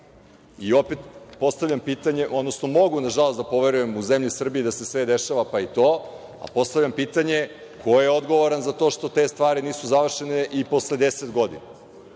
postavljam pitanje, odnosno mogu nažalost da poverujem da u zemlji Srbiji da se sve to dešava, pa i to, a postavljam pitanje ko je odgovoran za to što te stvari nisu završene i posle deset godina.